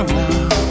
now